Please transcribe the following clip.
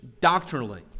doctrinally